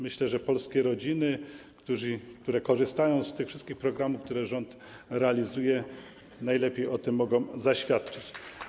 Myślę, że polskie rodziny, które korzystają z tych wszystkich programów, które rząd realizuje, najlepiej o tym mogą zaświadczyć.